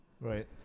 Right